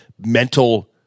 mental